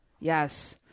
Yes